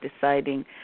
deciding